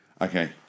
Okay